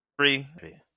three